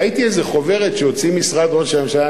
ראיתי איזה חוברת שהוציא משרד ראש הממשלה,